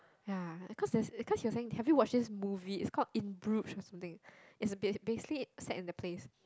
ya cause there's cause he was saying have you watch this movie is called in Bruges or something it's bas~ basically set in the place